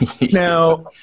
Now